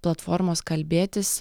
platformos kalbėtis